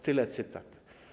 Tyle cytat.